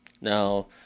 Now